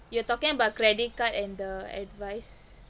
you are talking about credit card and the advice